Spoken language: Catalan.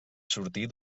sortir